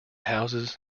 houses